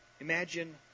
imagine